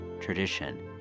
tradition